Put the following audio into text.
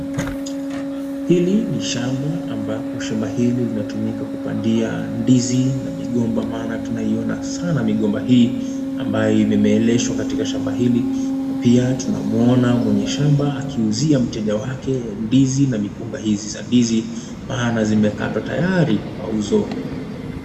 Hili ni shamba ambapo shamba hili linatumika kupandia ndizi na migomba maana tunaiona sana migomba hii, ambayo imemeeleshwa katika shamba hili na pia tunamwoma mwenye shamba akiuzia mteja wake ndizi na migomba hizi za ndizi, maana zimekatwa tayari kwa mauzo.